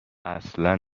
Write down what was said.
اصلا